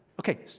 Okay